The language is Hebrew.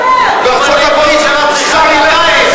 ראש ממשלה צריך להנהיג,